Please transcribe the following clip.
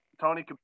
Tony